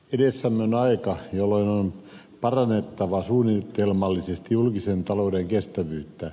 edessämme on aika jolloin on parannettava suunnitelmallisesti julkisen talouden kestävyyttä